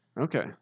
Okay